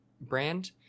brand